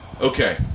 okay